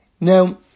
Now